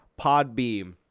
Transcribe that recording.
Podbeam